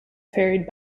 ferried